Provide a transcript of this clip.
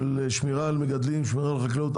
של שמירה על מגדלים, שמירה על חקלאות.